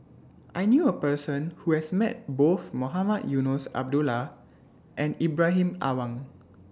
I knew A Person Who has Met Both Mohamed Eunos Abdullah and Ibrahim Awang